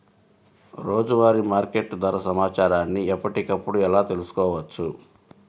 రోజువారీ మార్కెట్ ధర సమాచారాన్ని ఎప్పటికప్పుడు ఎలా తెలుసుకోవచ్చు?